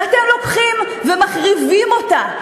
ואתם לוקחים ומחריבים אותה.